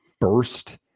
burst